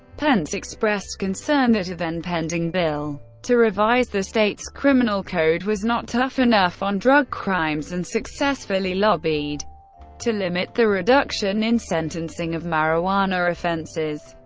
pence expressed concern that a then-pending bill to revise the state's criminal code was not tough enough on drug crimes, and successfully lobbied to limit the reduction in sentencing of marijuana offenses.